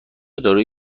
داروی